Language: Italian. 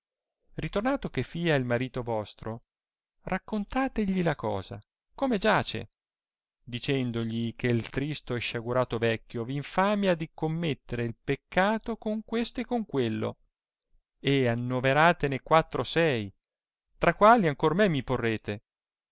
ritornato che fia il marito vostro raccontategli la cosa come giace dicendogli che tristo e sciagurato vecchio v infamia di commettere il peccato con questo e con quello e annoveratene quattro o sei tra quali ancor me mi porrete